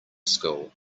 school